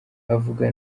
avuga